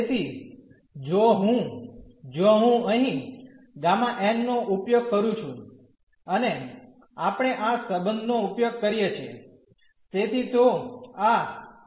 તેથી જો હું જો હું અહીં Γ નો ઉપયોગ કરું છું અને આપણે આ સંબંધનો ઉપયોગ કરીએ છીએ તેથી તો આ n − 1 Γ n − 1 હશે